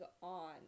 on